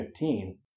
15